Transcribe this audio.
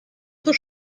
zur